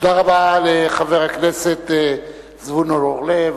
תודה רבה לחבר הכנסת זבולון אורלב,